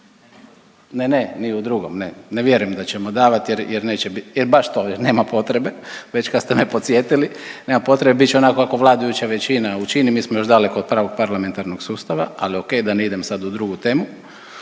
Ne, ne, ni u drugom ne. Ne vjerujem da ćemo davat jer neće bit, e baš to jer nema potrebe. Već kad ste me podsjetili. Nema potrebe, bit će onako kako vladajuća većina učini, mi smo još daleko od pravog parlamentarnog sustava ali ok, da ne idem sad u drugu temu.